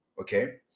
Okay